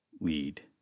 lead